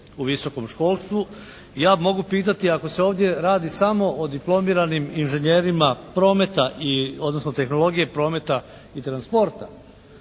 u visokom školstvu. Ja mogu pitati ako se ovdje radi samo o diplomiranim inžinjerima tehnologije, prometa i transporta